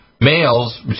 males